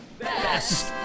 Best